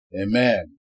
Amen